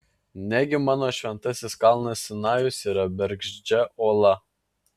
negi mano šventasis kalnas sinajus yra bergždžia uola